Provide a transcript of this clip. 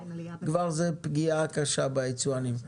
זאת כבר פגיעה קשה ביצואנים.